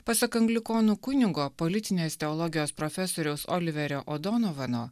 pasak anglikonų kunigo politinės teologijos profesoriaus oliverio odonovano